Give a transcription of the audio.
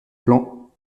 plan